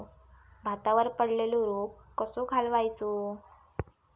भातावर पडलेलो रोग कसो घालवायचो?